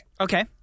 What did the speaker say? Okay